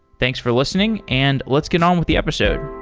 thanks for listening, and let's get on with the episode.